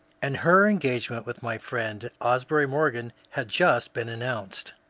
and her engagement with my friend asbury morgan had just been announced.